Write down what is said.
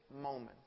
moment